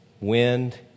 wind